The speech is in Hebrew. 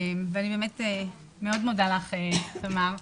אני מאוד מודה לך, תמר.